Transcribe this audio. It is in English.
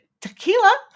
tequila